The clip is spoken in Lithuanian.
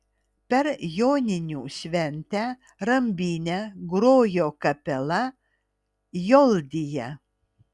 per joninių šventę rambyne grojo kapela joldija